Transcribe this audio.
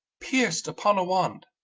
pierced upon a wand,